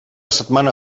setmana